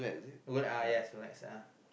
go uh yes roulette's are